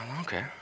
okay